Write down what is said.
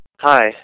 Hi